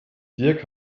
dirk